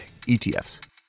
ETFs